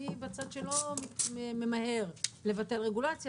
אני בצד שלא ממהר לבטל רגולציה,